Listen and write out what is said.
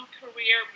career